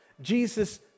Jesus